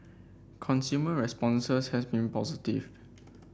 consumer responses have been positive